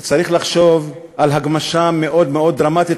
צריך לחשוב על הגמשה מאוד מאוד דרמטית,